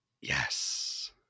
yes